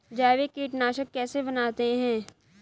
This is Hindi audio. जैविक कीटनाशक कैसे बनाते हैं?